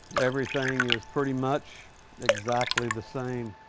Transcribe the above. everything is pretty much exactly the same.